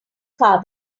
car